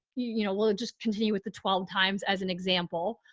you know, we'll just continue with the twelve times as an example.